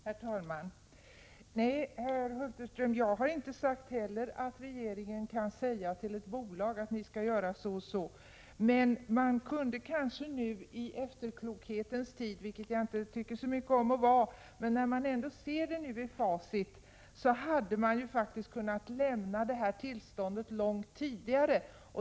Herr talman! Nej, herr Hulterström, jag har inte heller sagt att regeringen kan säga till ett bolag att göra på det ena eller andra sättet. Men man kunde kanske nui efterklokhetens tid — efterklok är något jag inte tycker om att vara — då man sett i facit, påstå att tillståndet faktiskt kunde ha lämnats långt tidigare.